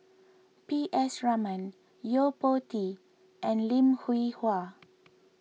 P S Raman Yo Po Tee and Lim Hwee Hua